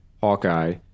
Hawkeye